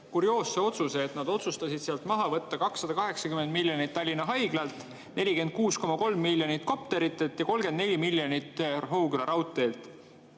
kurioosse otsuse, et nad otsustasid sealt maha võtta 280 miljonit Tallinna Haiglalt, 46,3 miljonit kopteritelt ja 34 miljonit Rohuküla raudteelt.